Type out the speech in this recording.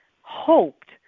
hoped